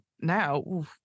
now